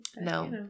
No